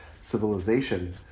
civilization